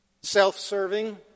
Self-serving